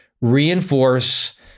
reinforce